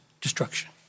destruction